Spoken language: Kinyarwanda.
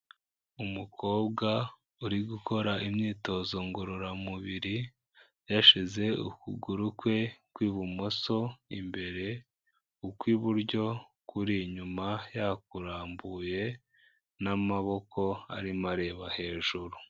Umukobwa uri gukora imyitozo ngororamubiri yashize ukuguru kwe kw'ibumoso imbere, ukw'iburyo kuri inyuma yakurambuye n'amaboko arimo areba hejuru.